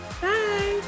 bye